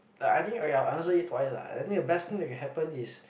that I think okay ah I answer it for it lah I think the best thing that can happens is